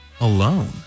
alone